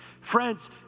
Friends